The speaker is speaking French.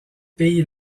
pays